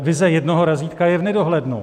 Vize jednoho razítka je v nedohlednu.